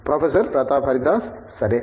professor Pratap Haridas సరే